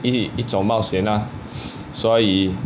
一一种冒险啊所以